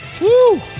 Woo